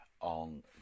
on